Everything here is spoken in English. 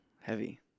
heavy